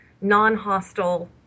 non-hostile